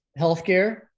healthcare